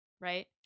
right